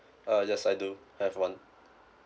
uh yes I do have one